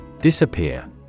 Disappear